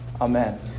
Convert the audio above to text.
Amen